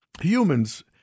humans